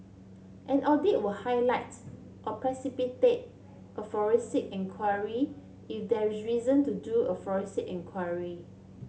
an audit will highlight or precipitate a forensic enquiry if there reason to do a forensic enquiry